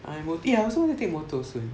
I 'm oh eh I also want to take motor soon